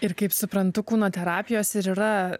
ir kaip suprantu kūno terapijos ir yra